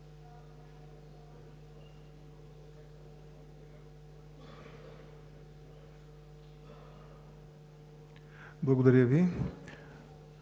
Благодаря Ви,